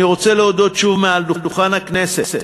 אני רוצה להודות שוב, מעל דוכן הכנסת,